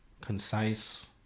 concise